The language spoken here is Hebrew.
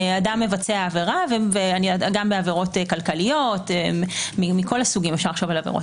אדם מבצע עבירה, גם בעבירות כלכליות ניירות ערך,